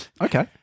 Okay